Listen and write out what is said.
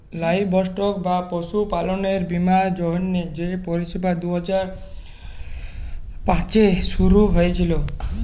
livestock বা পশুপাললের বীমার জ্যনহে যে পরিষেবা দু হাজার পাঁচে শুরু হঁইয়েছিল